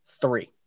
three